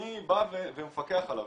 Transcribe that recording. מי בא ומפקח עליו?